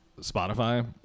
Spotify